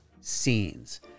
scenes